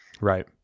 right